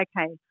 okay